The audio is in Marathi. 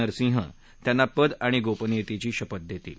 नरसिंह त्यांना पद आणि गोपनियतेची शपथ देतील